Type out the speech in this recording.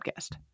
podcast